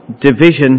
division